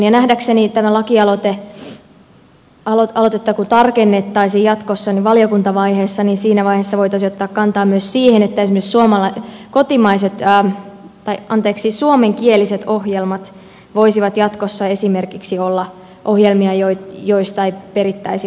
ja nähdäkseni siinä vaiheessa kun tätä lakialoitetta tarkennettaisiin jatkossa valiokuntavaiheessa voitaisiin ottaa kantaa myös siihen että esimerkiksi suomenkieliset ohjelmat voisivat jatkossa olla ohjelmia joista ei perittäisi lukukausimaksuja